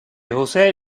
josé